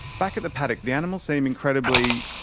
back at the paddock, the animals seem incredibly,